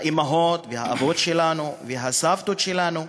האימהות והאבות שלנו והסבתות שלנו,